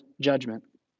judgment